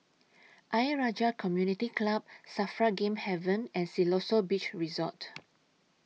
Ayer Rajah Community Club SAFRA Game Haven and Siloso Beach Resort